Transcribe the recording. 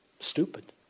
Stupid